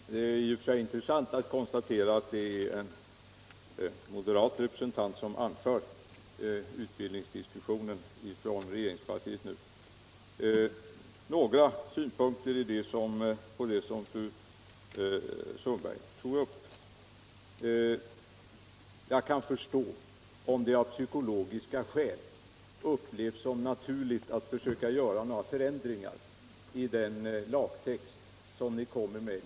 Herr talman! Det är i och för sig intressant att konstatera att det är en moderat representant som anför utbildningsdiskussionen från regeringssidan nu. Jag skall anlägga några synpunkter på det som fru Sundberg tog upp. Jag kan förstå om det av psykologiska skäl upplevs som naturligt att försöka göra några förändringar i den lagtext som ni kommer med.